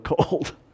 cold